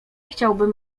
chciałbym